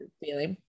feeling